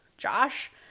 Josh